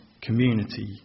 community